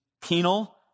penal